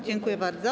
Dziękuję bardzo.